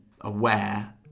aware